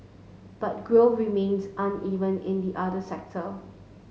but growth remains uneven in the other sector